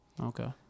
Okay